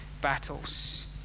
battles